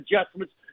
adjustments